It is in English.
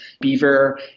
beaver